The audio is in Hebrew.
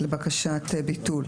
לבקשת ביטול,